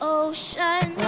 ocean